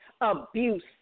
abuse